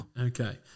Okay